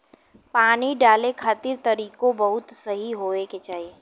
पानी डाले खातिर तरीकों बहुते सही होए के चाही